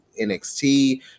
NXT